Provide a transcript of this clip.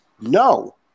No